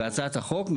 בהצעת החוק,